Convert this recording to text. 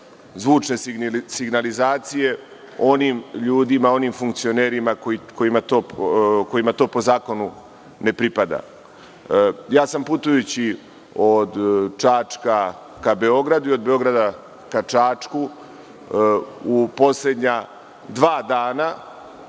zvučne signalizacije onim ljudima, onim funkcionerima kojima to po zakonu ne pripada. Putujući od Čačka ka Beogradu i od Beograda ka Čačku, u poslednja dva dana,